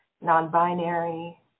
non-binary